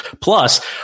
Plus